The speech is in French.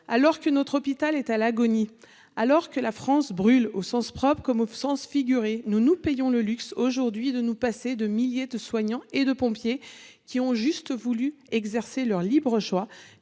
alors que notre hôpital est à l'agonie, alors que la France brûle, au sens propre comme au sens figuré, nous nous payons le luxe aujourd'hui de nous passer de milliers de soignants et de pompiers qui ont juste voulu exercer leur libre choix,